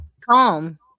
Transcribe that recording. Calm